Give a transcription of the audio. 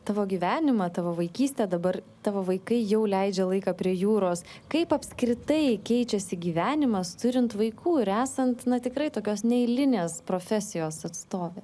tavo gyvenimą tavo vaikystę dabar tavo vaikai jau leidžia laiką prie jūros kaip apskritai keičiasi gyvenimas turint vaikų ir esant na tikrai tokios neeilinės profesijos atstove